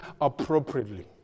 appropriately